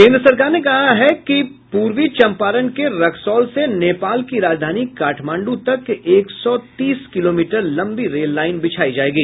केंद्र सरकार ने कहा है कि पूर्वी चंपारण के रक्सौल से नेपाल की राजधानी काठमांड् तक एक सौ तीस किलोमीटर लंबी रेल लाइन बिछायी जायेगी